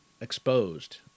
exposed